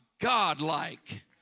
God-like